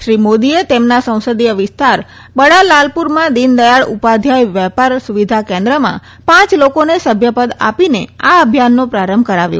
શ્રી મોદીએ તેમના સંસદીય વિસ્તાર બડા લાલપુરમાં દીન દથાળ ઉપાધ્યાય વે ાર સુવિધા કેન્દ્રમાં ાંચ લોકોને સભ્ય દ આ ીને આ અભિયાનો પ્રારંભ કરાવ્યો